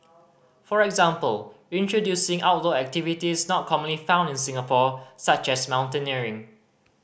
for example introducing outdoor activities not commonly found in Singapore such as mountaineering